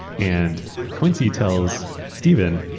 and quincy tells steven,